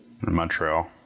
Montreal